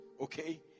Okay